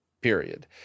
period